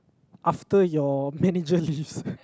after your manager leaves